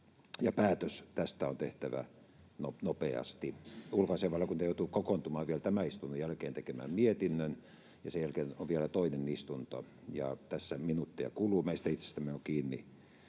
Päätös tästä on tehtävä nopeasti. Ulkoasiainvaliokunta joutuu kokoontumaan vielä tämän istunnon jälkeen tekemään mietinnön, ja sen jälkeen on vielä toinen istunto. Tässä minuutteja kuluu, meistä itsestämme on kiinni,